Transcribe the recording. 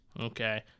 Okay